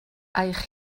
eich